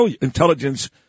intelligence